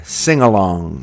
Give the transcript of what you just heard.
sing-along